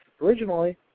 originally